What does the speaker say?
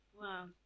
Wow